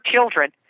children